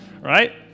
right